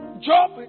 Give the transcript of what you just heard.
Job